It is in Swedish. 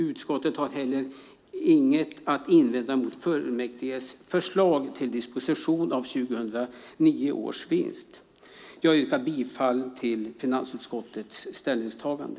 Utskottet har inget att invända mot fullmäktiges förslag till disposition av 2009 års vinst. Jag yrkar bifall till finansutskottets ställningstagande.